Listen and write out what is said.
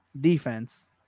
defense